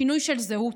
שינוי של זהות,